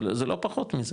זה לא פחות מזה